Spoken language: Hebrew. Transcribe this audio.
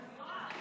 אדוני היושב-ראש,